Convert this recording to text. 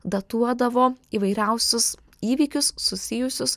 datuodavo įvairiausius įvykius susijusius